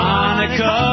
Monica